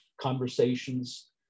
conversations